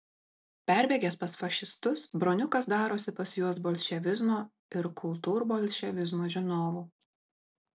perbėgęs pas fašistus broniukas darosi pas juos bolševizmo ir kultūrbolševizmo žinovu